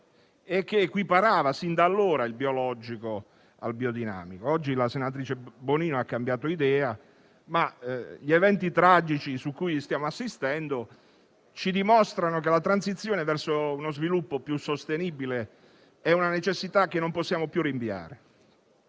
che equiparava, sin da allora, il biologico al biodinamico. Oggi la senatrice Bonino ha cambiato idea, ma gli eventi tragici cui stiamo assistendo ci dimostrano che la transizione verso uno sviluppo più sostenibile è una necessità che non possiamo più rinviare.